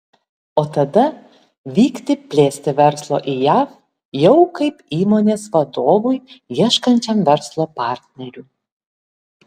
o tada vykti plėsti verslo į jav jau kaip įmonės vadovui ieškančiam verslo partnerių